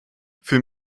für